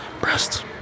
Breasts